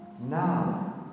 now